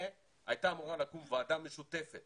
והייתה אמורה לקום ועדה משותפת